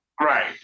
Right